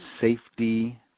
safety